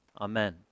amen